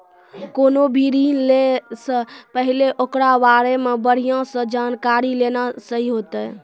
कोनो भी ऋण लै से पहिले ओकरा बारे मे बढ़िया से जानकारी लेना सही होतै